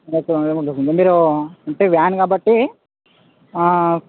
మీరు అంటే వ్యాన్ కాబట్టి